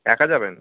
একা যাবেন